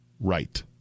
Right